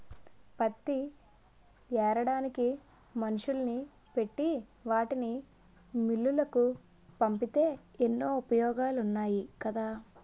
పత్తి ఏరడానికి మనుషుల్ని పెట్టి వాటిని మిల్లులకు పంపితే ఎన్నో ఉపయోగాలున్నాయి కదా